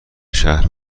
شهر